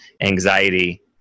anxiety